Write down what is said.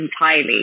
entirely